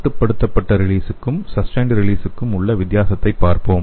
கட்டுப்படுத்தப்பட்ட ரிலீஸுக்கும் சஸ்டைண்ட் ரிலீஸுக்கும் உள்ள வித்தியாசத்தைப் பார்ப்போம்